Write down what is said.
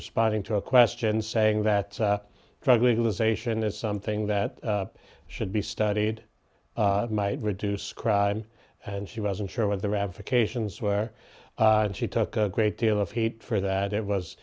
responding to a question saying that drug legalization is something that should be studied might reduce crime and she wasn't sure what the ramifications where and she took a great deal of heat for that it was